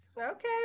Okay